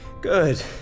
good